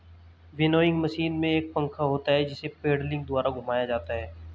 winnowing machine में एक पंखा होता है जिसे पेडलिंग द्वारा घुमाया जाता है